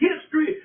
history